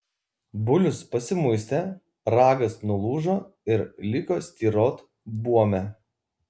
bulius pasimuistė ragas nulūžo ir liko styrot buome